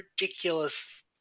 ridiculous